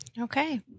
Okay